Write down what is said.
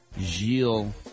Gilles